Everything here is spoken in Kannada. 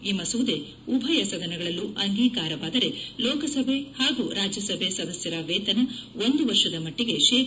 ಈ ಮಸೂದೆ ಉಭಯ ಸದನಗಳಲ್ಲೂ ಅಂಗೀಕಾರವಾದರೆ ಲೋಕಸಭೆ ಹಾಗೂ ರಾಜ್ಯಸಭೆ ಸದಸ್ದರ ವೇತನ ಒಂದು ವರ್ಷದ ಮಟ್ಟಿಗೆ ಶೇ